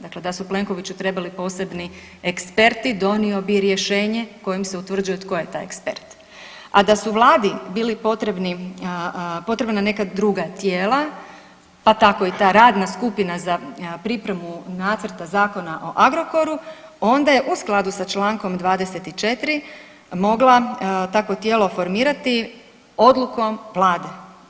Dakle da su Plenkoviću trebali posebni eksperti donio bi rješenje kojim se utvrđuje tko je taj ekspert, a da su Vladi bili potrebni, potrebna neka druga tijela pa tako i ta radna skupina za pripremu nacrta Zakona o Agrokoru onda je u skladu s čl. 24. mogla takvo tijelo formirati odlukom Vlade.